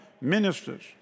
ministers